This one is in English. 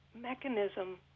mechanism